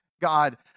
God